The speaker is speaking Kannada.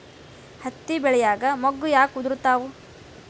ಹತ್ತಿ ಬೆಳಿಯಾಗ ಮೊಗ್ಗು ಯಾಕ್ ಉದುರುತಾವ್?